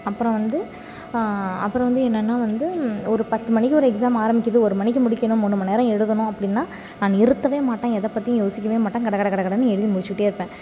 அப்புறம் வந்து அப்புறம் வந்து என்னன்னால் வந்து ஒரு பத்து மணிக்கு ஒரு எக்ஸாம் ஆரம்பிக்கிறது ஒரு மணிக்கு முடிக்கணும் மூணு மணிநேரம் எழுதணும் அப்படின்னா நான் நிறுத்தவே மாட்டேன் எதை பற்றி யோசிக்கவே மாட்டேன் கட கட கட கடன்னு எழுதி முடித்துக்கிட்டே இருப்பேன்